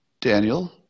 Daniel